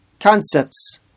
Concepts